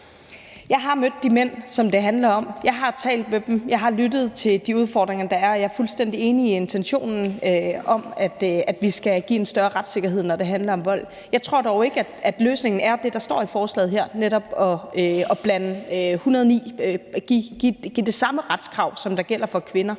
Jeg har mødt de mænd, som det handler om. Jeg har talt med dem, jeg har lyttet til de udfordringer, der er, og jeg er fuldstændig enig i intentionen om, at vi skal give en større retssikkerhed, når det handler om vold. Jeg tror dog ikke, at løsningen er det, der står i forslaget her, altså netop at give det samme retskrav, som gælder for kvinder,